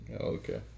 Okay